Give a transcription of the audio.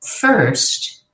first